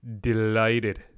delighted